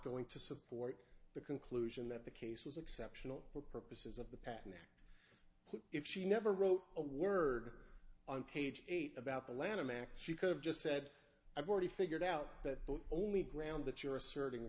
going to support the conclusion that the case was exceptional for purposes of the patent put if she never wrote a word on page eight about the lanham act she could have just said i've already figured out that the only ground that you're asserting